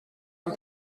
ein